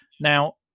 Now